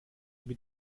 mit